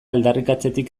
aldarrikatzetik